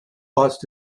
lost